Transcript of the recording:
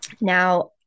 Now